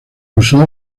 usó